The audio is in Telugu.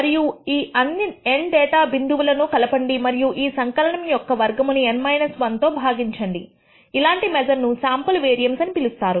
మరియు ఈ అన్ని n డేటా బిందువులను కలపండి మరియు ఈ సంకలనం యొక్క వర్గముని N 1 తో విభజించండి ఇలాంటి మెజర్ ను శాంపుల్ వేరియన్స్ అని పిలుస్తారు